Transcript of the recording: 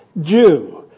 Jew